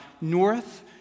north